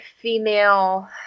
female